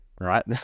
right